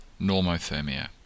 normothermia